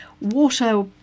water